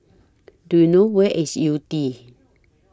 Do YOU know Where IS Yew Tee